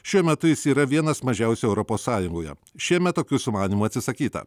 šiuo metu jis yra vienas mažiausių europos sąjungoje šiemet tokių sumanymų atsisakyta